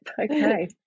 Okay